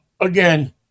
again